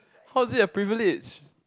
how is it a privilege